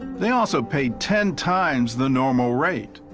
they also paid ten times the normal rate.